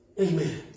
Amen